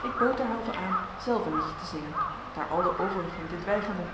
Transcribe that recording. ik bood derhalve aan zelf een liedje te zingen daar al de overigen dit weigerden